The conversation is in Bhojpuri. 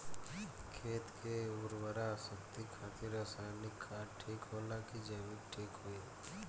खेत के उरवरा शक्ति खातिर रसायानिक खाद ठीक होला कि जैविक़ ठीक होई?